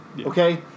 Okay